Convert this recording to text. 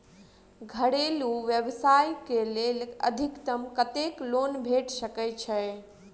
घरेलू व्यवसाय कऽ लेल अधिकतम कत्तेक लोन भेट सकय छई?